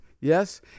Yes